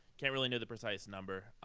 can't really know the precise number.